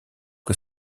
que